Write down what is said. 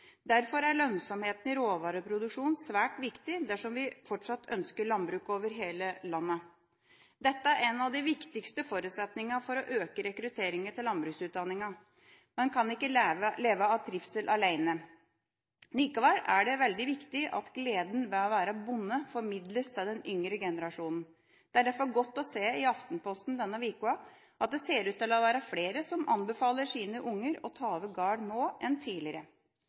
Derfor er lønnsomhet i råvareproduksjonen svært viktig dersom vi fortsatt ønsker landbruk over hele landet. Dette er en av de viktigste forutsetningene for å øke rekrutteringa til landbruksutdanningene. Man kan ikke leve av trivsel alene. Likevel er det veldig viktig at gleden ved å være bonde formidles til den yngre generasjonen. Det er derfor godt å se i Aftenposten denne uken at det ser ut til å være flere som nå anbefaler sine barn å ta over gården, enn tidligere.